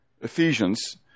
Ephesians